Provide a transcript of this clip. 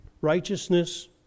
righteousness